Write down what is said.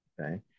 Okay